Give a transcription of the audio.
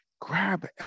grab